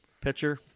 pitcher